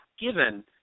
given